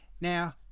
now